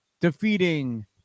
defeating